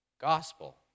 gospel